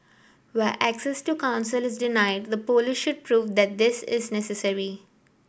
where access to counsel is denied the police should prove that this is necessary